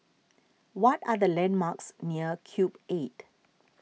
what are the landmarks near Cube eight